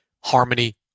harmony